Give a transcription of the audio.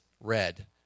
red